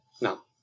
Now